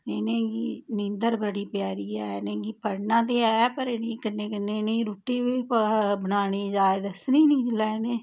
नींदर बड़ी प्यारी ऐ इनेंगी पढ़ना ते ऐ पर इनेंगी कन्नै कन्नै इनेंगी रूट्टी बी बनाने दी जाच दस्सनी नी जिल्लै इनें